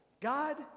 God